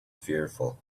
fearful